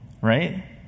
right